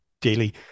daily